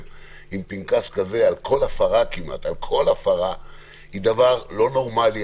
עם פנקס ולתת על כל הפרה זה דבר לא נורמלי.